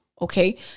Okay